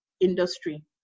industry